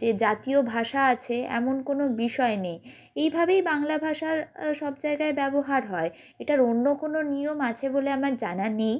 যে জাতীয় ভাষা আছে এমন কোনো বিষয় নেই এইভাবেই বাংলা ভাষার সব জায়গায় ব্যবহার হয় এটার অন্য কোনো নিয়ম আছে বলে আমার জানা নেই